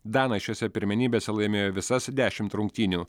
danai šiose pirmenybėse laimėjo visas dešimt rungtynių